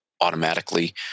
automatically